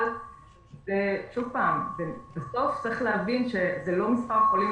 אבל שוב, בסוף צריך להבין שזה לא מספר החולים